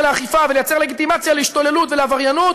לאכיפה וליצור לגיטימציה להשתוללות ולעבריינות,